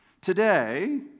Today